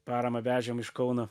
paramą vežėm iš kauno